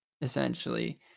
essentially